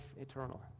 eternal